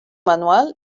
manual